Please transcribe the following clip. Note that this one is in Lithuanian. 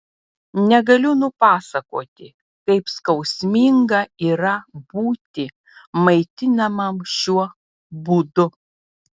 negaliu nupasakoti kaip skausminga yra būti maitinamam šiuo būdu